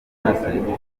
narabahamagaye